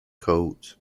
coat